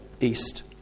east